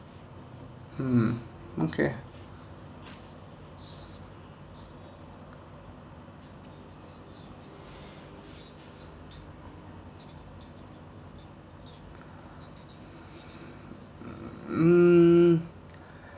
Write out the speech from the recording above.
mm okay mm